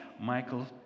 Michael